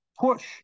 push